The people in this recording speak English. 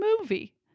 movie